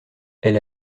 elle